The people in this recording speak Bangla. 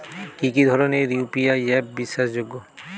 কি কি ধরনের ইউ.পি.আই অ্যাপ বিশ্বাসযোগ্য?